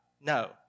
No